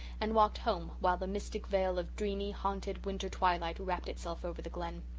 and walked home, while the mystic veil of dreamy, haunted winter twilight wrapped itself over the glen.